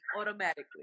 automatically